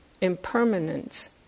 impermanence